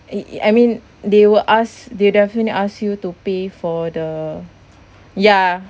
i~ i~ I mean they will ask they definitely ask you to pay for the ya